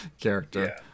character